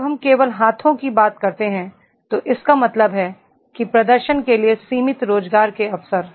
जब हम केवल हाथों की बात करते हैं तो इसका मतलब है कि प्रदर्शन के लिए सीमित रोजगार के अवसर